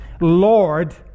Lord